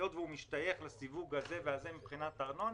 היות והוא משתייך לסיווג הזה והזה מבחינת ארנונה,